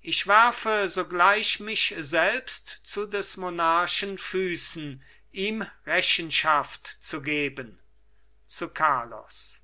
ich werfe sogleich mich selbst zu des monarchen füßen ihm rechenschaft zu geben zu carlos